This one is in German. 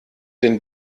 den